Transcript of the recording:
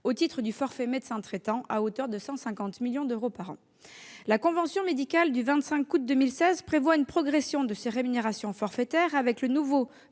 au titre du forfait médecin traitant, à hauteur de 150 millions d'euros par an. La convention médicale du 25 août 2016 prévoit une progression de ces rémunérations forfaitaires avec le nouveau